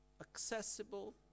accessible